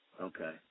Okay